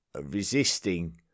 resisting